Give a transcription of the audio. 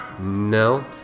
No